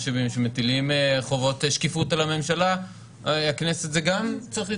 כשהכנסת מטילה חובות שקיפות על הממשלה גם צריך להתחשב.